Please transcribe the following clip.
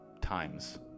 times